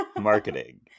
Marketing